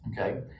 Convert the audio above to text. okay